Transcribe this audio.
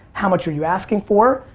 how much are you asking for?